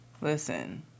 Listen